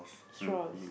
straws